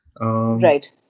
Right